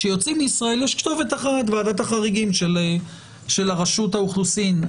כשיוצאים מישראל יש כתובת ועדת החריגים של רשות האוכלוסין.